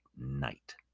night